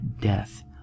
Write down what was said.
death